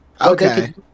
Okay